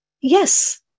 yes